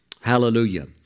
Hallelujah